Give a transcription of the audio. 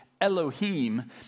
Elohim